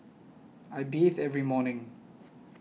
I bathe every morning